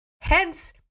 Hence